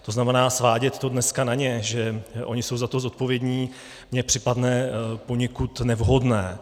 To znamená, svádět to dneska na ně, že oni jsou na to zodpovědní, mně připadne poněkud nevhodné.